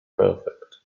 perfect